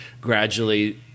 gradually